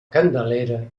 candelera